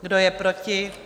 Kdo je proti?